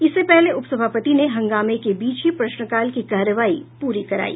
इससे पहले उप सभापति ने हंगामे के बीच ही प्रश्नकाल की कार्यवाही पूरी करायी